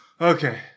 Okay